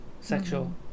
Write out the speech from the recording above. sexual